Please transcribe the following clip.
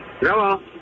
Hello